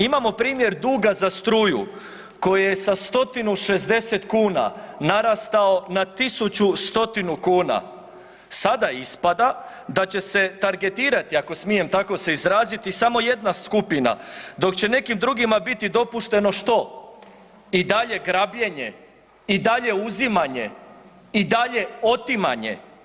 Imamo primjer duga za struju koji je sa 160 kuna narastao na 1.100 kuna, sada ispada da će se targetirati ako smijem tako se izraziti samo jedna skupina dok će nekim drugima biti dopušteno što i dalje grabljenje i dalje uzimanje i dalje otimanje.